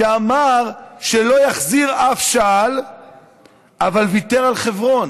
שאמר שלא יחזיר אף שעל אבל ויתר על חברון.